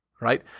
right